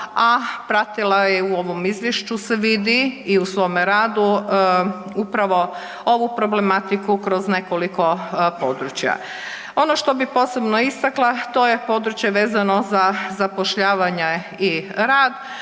a pratila je u ovom izvješću se vidi i u svome radu upravo ovu problematiku kroz nekoliko područja. Ono što bi posebno istakla to je područje vezano za zapošljavanje i rad,